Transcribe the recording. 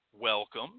welcome